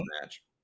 match